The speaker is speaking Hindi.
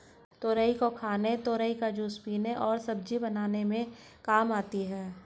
तुरई को खाने तुरई का जूस पीने और सब्जी बनाने में काम आती है